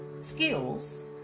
skills